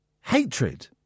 hatred